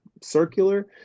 circular